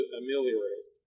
ameliorate